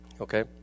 okay